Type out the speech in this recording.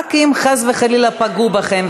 רק אם חס וחלילה פגעו בכם.